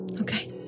Okay